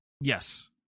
Yes